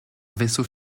vaisseau